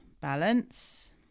Balance